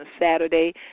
Saturday